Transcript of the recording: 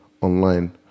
online